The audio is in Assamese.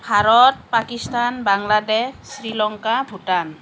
ভাৰত পাকিস্তান বাংলাদেশ শ্ৰীলংকা ভূটান